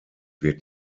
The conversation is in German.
wird